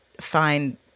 find